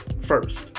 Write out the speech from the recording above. First